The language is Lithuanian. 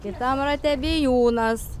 kitam rate bijūnas